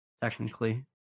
technically